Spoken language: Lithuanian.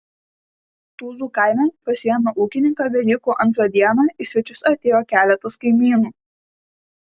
tuzų kaime pas vieną ūkininką velykų antrą dieną į svečius atėjo keletas kaimynų